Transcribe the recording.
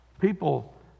People